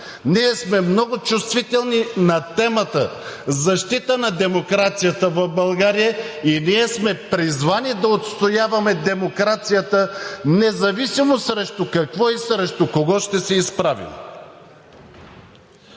Ние сме много чувствителни на темата защита на демокрацията в България и ние сме призвани да отстояваме демокрацията, независимо срещу какво и срещу кого ще се изправим.